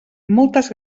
moltes